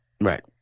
Right